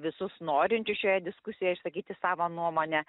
visus norinčius šioje diskusijoj išsakyti savo nuomonę